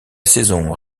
saison